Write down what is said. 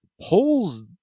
Polls